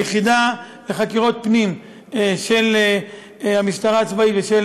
היחידה לחקירות פנים של המשטרה הצבאית ושל